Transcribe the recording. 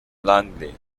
langley